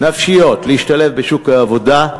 נפשיות, להשתלב בשוק העבודה,